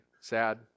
sad